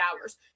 hours